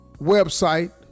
website